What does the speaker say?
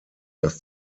das